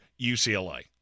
UCLA